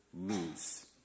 lose